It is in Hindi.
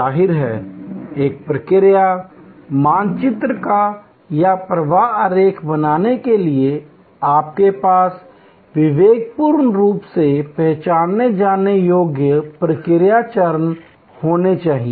जाहिर है एक प्रक्रिया मानचित्र या प्रवाह आरेख बनाने के लिए आपके पास विवेकपूर्ण रूप से पहचाने जाने योग्य प्रक्रिया चरण होने चाहिए